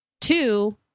Two